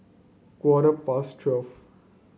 quarter past twelve